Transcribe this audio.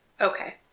Okay